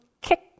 kick